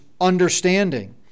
understanding